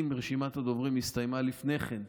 אם רשימת הדוברים הסתיימה לפני כן,